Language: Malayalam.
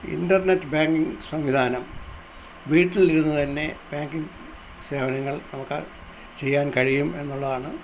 ഇൻറ്റർനെറ്റ് ബാങ്കിങ് സംവിധാനം വീട്ടിൽ ഇരുന്ന് തന്നെ ബാങ്കിങ് സേവനങ്ങൾ നമുക്ക് ചെയ്യാൻ കഴിയും എന്നുള്ളതാണ്